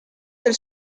del